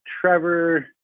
Trevor